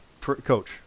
coach